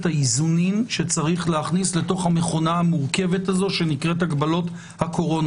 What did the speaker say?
האיזונים שיש להכניס למכונה המורכבת הזו שנקראת הגבלות הקורונה.